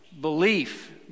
belief